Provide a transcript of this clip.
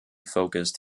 focused